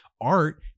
art